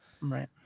Right